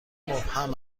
مبهم